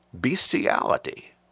Bestiality